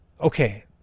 Okay